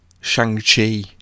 Shang-Chi